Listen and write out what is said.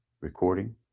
recording